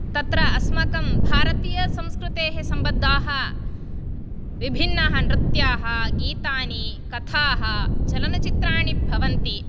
तत्र अस्माकं भारतीयसंस्कृतेः सम्बद्धाः विभिन्नाः नृत्याः गीतानि कथाः चलनचित्राणि भवन्ति